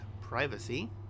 privacy